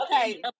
okay